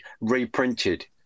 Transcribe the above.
reprinted